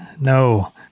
No